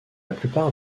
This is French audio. plupart